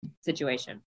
situation